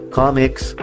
comics